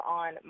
on